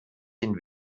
den